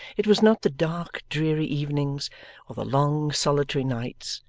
it was not the dark dreary evenings or the long solitary nights,